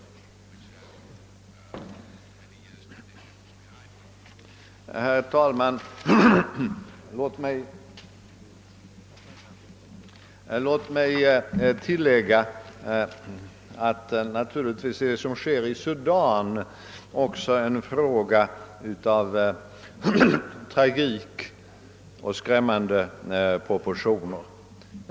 Herr talman! Låt mig tillägga att naturligtvis är det som sker i södra Sudan också en tragisk situation av skrämmande proportioner.